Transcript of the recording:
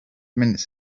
minutes